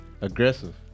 Aggressive